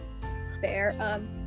fair